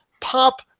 pop